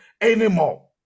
anymore